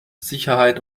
sicherheit